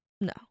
No